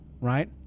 Right